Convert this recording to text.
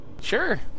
sure